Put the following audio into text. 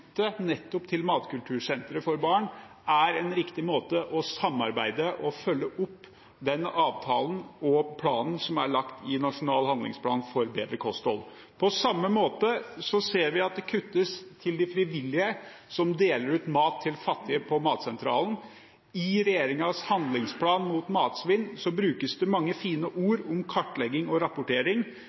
nettopp til matkultursenteret for barn er en riktig måte å samarbeide på og følge opp den avtalen og planen som er lagt i nasjonal handlingsplan for bedre kosthold. På samme måte ser vi at det kuttes til de frivillige som deler ut mat til fattige på Matsentralen. I regjeringens avtale mot matsvinn brukes det mange fine ord om kartlegging og rapportering,